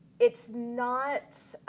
it's not